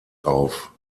auf